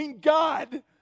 God